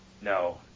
No